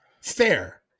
fair